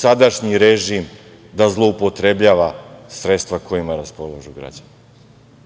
sadašnji režim da zloupotrebljava sredstva kojima raspolažu građani. Samo